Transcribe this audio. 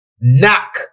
knock